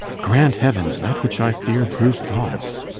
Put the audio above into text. grant, heavens, that which i fear prove false!